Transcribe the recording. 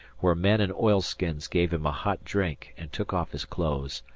where men in oilskins gave him a hot drink and took off his clothes,